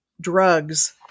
drugs